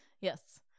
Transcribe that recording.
Yes